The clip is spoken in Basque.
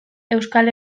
euskal